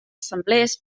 assemblees